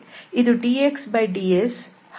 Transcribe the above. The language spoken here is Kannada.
ಇದು dxds ಹಾಗೂ ಇದು dyds